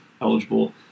eligible